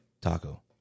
Taco